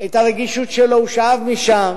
את הרגישות שלו, הוא שאב משם